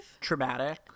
traumatic